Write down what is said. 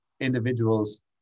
individual's